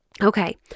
Okay